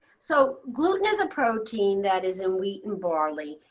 so gluten is a protein that is in wheat and barley.